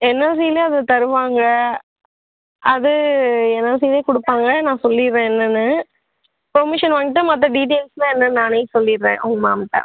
என்எல்சியில அது தருவாங்க அது என்எல்சியிலே கொடுப்பாங்க நான் சொல்லிவிட்றேன் என்னன்னு பர்மிஷன் வாங்கிகிட்டு மற்ற டீட்டெயில்ஸ்லாம் என்னன்னு நானே சொல்லிவிட்வேன் உங்கள் மேம்கிட்ட